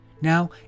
Now